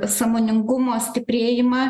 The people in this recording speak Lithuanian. sąmoningumo stiprėjimą